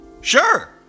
Sure